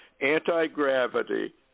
anti-gravity